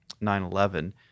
9-11